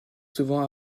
souvent